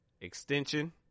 extension